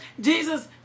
Jesus